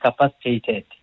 capacitated